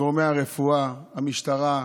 גורמי הרפואה, המשטרה,